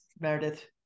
Meredith